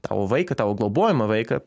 tavo vaiką tavo globojamą vaiką